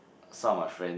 some of my friends